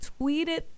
tweeted